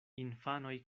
infanoj